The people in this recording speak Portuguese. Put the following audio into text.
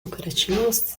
lucrativos